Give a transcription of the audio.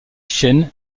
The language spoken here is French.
chen